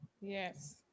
Yes